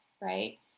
right